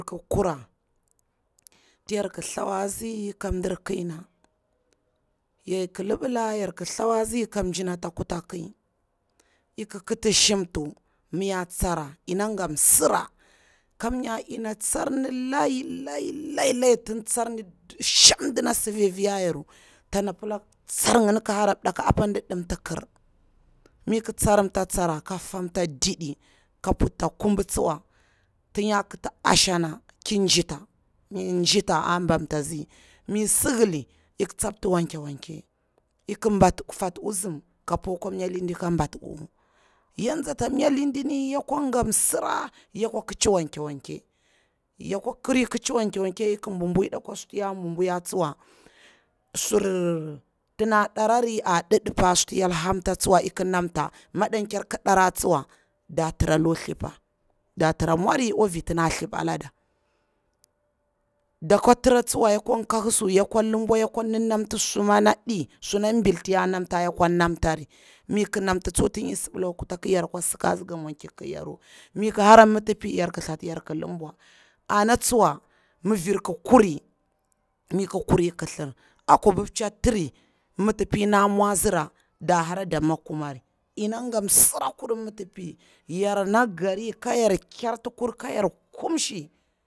Ki kura ti yarki thlawatsi ka mdirkina, ik libila yarki thlawatsi ka mjina ta kutaki, ik kiti shimtu ya tsora, ina ga msira kamnya in tsorni layi layi layi tin tsorni tcha mdina sifi afiya yaru tana pila tsor ngini ki hara ndaku a pa ƙi mdimti kir, mi tsorimta tsara ka famta ƙiƙi ka putta ƙuba tsuwa tin ya kiti ashana ki jita a bom. tatsi, mi sibili ik tsapti wanke wanke, ik fati utsum ka puakwa mai lidi ka batti uwu, yatsiata mnya lidini yakwa ga msira ya kwa kici wanke wanke, ya kwa kuri kici wanke wanke ik bubuyi nda akwa suti ya bubuya tsuwa sur ti nƙa dari a didipa suti hyel hamta tsuwa ik namtu maƙenker ki darar tsuwa datra lukwa thlipa, da tira mwari akwa vi tida thlipa alada, da kwa tira tsuwa yadwa kahi su, ya lumbwa yakwa ninimti suma naƙi suna bil tin yekwa nam tri, mi iki namti tsuwa tin i sibila akwa kutaki yar kwa sikatsi ga mwanki kiryaru, mi ik hara mitipi yar 3i tllati yar ki lumbwa. Ana tsuwa ni vir ki lairi, mi ik kuri kithir a kwapu tiri, mitipi na mwa a tsira a hara da makumari, ina ga msira kurir mitipi, yar na gari ka yar kertikur. mi ki kura ti yarki thlawatsi ka mdirkina, ik libila yarki thlawatsi ka mjina ta kutaki, ik kiti shimtu ya tsora, ina ga msira kamnya in tsorni layi layi layi tin tsorni tcha mdina sifi afiya yaru tana pila tsor ngini ki hara ndaku a pa ɗi mdimti kir, mi tsorimta tsara ka famta ɗiɗi ka putta ƙuba tsuwa tin ya kiti ashana ki jita a bom. tatsi, mi sibili ik tsapti wanke wanke, ik fati utsum ka puakwa mai lidi ka batti uwu, yatsiata mnya lidini yakwa ga msira ya kwa kici wanke wanke, ya kwa kuri kici wanke wanke ik bubuyi nda akwa suti ya bubuya tsuwa sur ti nɗa dari a didipa suti hyel hamta tsuwa ik namtu maɗenker ki darar tsuwa datra lukwa thlipa, da tira mwari akwa vi tida thlipa alada, da kwa tira tsuwa yadwa kahi su, ya lumbwa yakwa ninimti suma naɗi suna bil tin yekwa nam tri, mi iki namti tsuwa tin i sibila akwa kutaki yar kwa sikatsi ga mwanki kiryaru, mi ik hara mitipi yar ƙi tllati yar ki lumbwa. Ana tsuwa ni vir ki lairi, mi ik kuri kithir a kwapu tiri, mitipi na mwa a tsira a hara da makumari, ina ga msira kurir mitipi, yar na gari ka yar kertikur ka yyar kumshi.